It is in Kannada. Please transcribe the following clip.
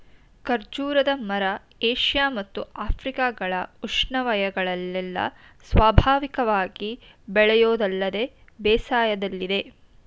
ಖರ್ಜೂರದ ಮರ ಏಷ್ಯ ಮತ್ತು ಆಫ್ರಿಕಗಳ ಉಷ್ಣವಯಗಳಲ್ಲೆಲ್ಲ ಸ್ವಾಭಾವಿಕವಾಗಿ ಬೆಳೆಯೋದಲ್ಲದೆ ಬೇಸಾಯದಲ್ಲಿದೆ